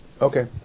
Okay